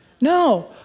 No